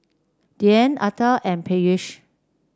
Dhyan Atal and Peyush